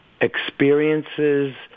experiences